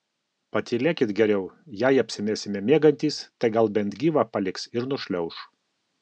patylėkit geriau jei apsimesime miegantys tai gal bent gyvą paliks ir nušliauš